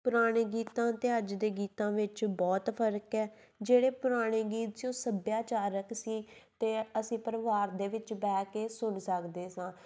ਪੁਰਾਣੇ ਗੀਤਾਂ ਅਤੇ ਅੱਜ ਦੇ ਗੀਤਾਂ ਵਿੱਚ ਬਹੁਤ ਫਰਕ ਹੈ ਜਿਹੜੇ ਪੁਰਾਣੇ ਗੀਤ ਸੀ ਉਹ ਸੱਭਿਆਚਾਰਕ ਸੀ ਅਤੇ ਅਸੀਂ ਪਰਿਵਾਰ ਦੇ ਵਿੱਚ ਬਹਿ ਕੇ ਸੁਣ ਸਕਦੇ ਸਾਂ